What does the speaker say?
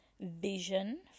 vision